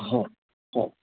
हो हो